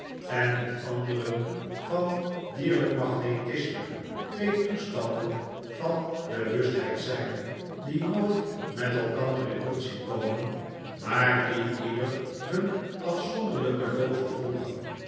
en in andere van dierljjk magnetisme twee toestanden van bewustheid zjjn die nooit met elkander in botsing komen maardieieder hun afzonderlflken loop vervolgen